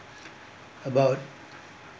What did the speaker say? about